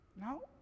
No